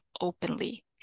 openly